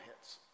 hits